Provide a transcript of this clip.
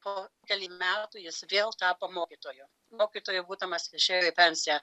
po kelerių metų jis vėl tapo mokytoju mokytoju būdamas išėjo į pensiją